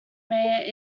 mayor